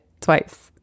twice